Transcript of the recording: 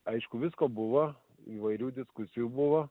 aišku visko buvo įvairių diskusijų buvo